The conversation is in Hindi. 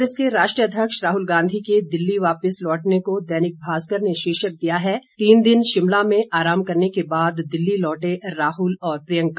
कांग्रेस के राष्ट्रीय अध्यक्ष राहुल गांधी के दिल्ली वापिस लौटने को दैनिक भास्कर ने शीर्षक दिया है तीन दिन शिमला में आराम करने के बाद दिल्ली लौटे राहल और प्रियंका